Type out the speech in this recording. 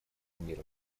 мира